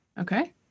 Okay